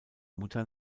mutter